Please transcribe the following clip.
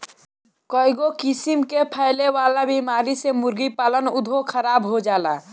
कईगो किसिम कअ फैले वाला बीमारी से मुर्गी पालन उद्योग खराब हो जाला